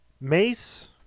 Mace